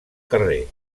carrer